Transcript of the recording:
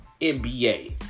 NBA